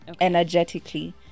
energetically